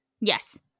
Yes